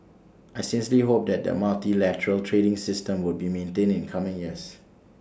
I sincerely hope that the multilateral trading system would be maintained in coming years